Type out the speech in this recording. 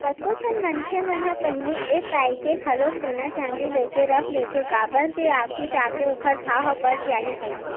कतको झन मनखे मन ह पहिली ए पाय के घलो सोना चांदी लेके रख लेथे काबर के आघू जाके ओखर भाव ह बड़ जाही कहिके